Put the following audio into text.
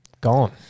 Gone